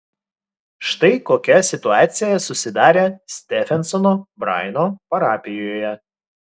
štai kokia situacija susidarė stefensono braino parapijoje